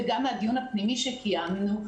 וגם בדיון הפנימי שקיימנו,